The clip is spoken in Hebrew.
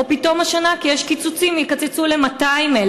או שפתאום השנה בגלל קיצוצים יקצצו ל-200,000.